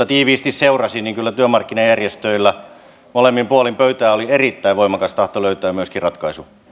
tiiviisti seurasi niin kyllä työmarkkinajärjestöillä molemmin puolin pöytää oli erittäin voimakas tahto löytää myöskin ratkaisu